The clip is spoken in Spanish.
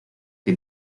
que